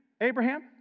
Abraham